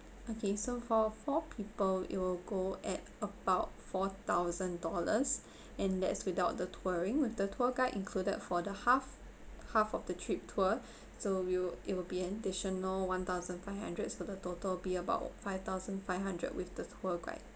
okay so for four people it will go at about four thousand dollars and that's without the touring with the tour guide included for the half half of the trip tour so will it will be an additional one thousand five hundred so the total will be about five thousand five hundred with the tour guide